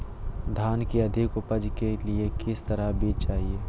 धान की अधिक उपज के लिए किस तरह बीज चाहिए?